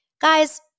Guys